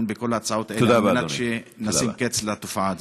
בכל ההצעות האלה על מנת שנשים קץ לתופעה הזאת.